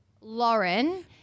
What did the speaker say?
Lauren